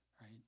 right